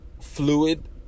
fluid